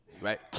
right